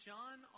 John